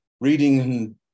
reading